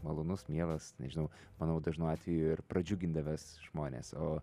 malonus mielas nežinau manau dažnu atveju ir pradžiugindavęs žmones o